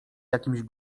jakimś